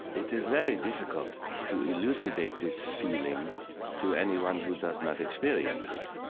it is very difficult to elucidate this feeling to anyone who does not experience it.